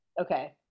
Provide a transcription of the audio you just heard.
okay